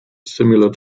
similar